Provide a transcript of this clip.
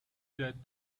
that